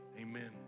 amen